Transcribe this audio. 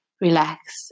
relax